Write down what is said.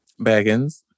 Baggins